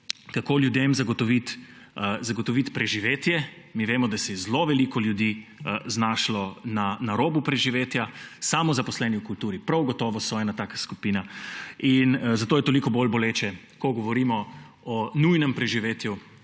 kako ljudem zagotoviti preživetje. Mi vemo, da se je zelo veliko ljudi znašlo na robu preživetja, samozaposleni v kulturi prav gotovo so ena taka skupina. Zato je toliko bolj boleče, ko govorimo o nujnem preživetju